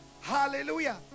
Hallelujah